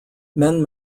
men